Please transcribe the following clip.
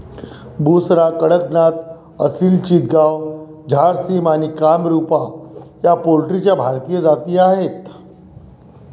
बुसरा, कडकनाथ, असिल चितगाव, झारसिम आणि कामरूपा या पोल्ट्रीच्या भारतीय जाती आहेत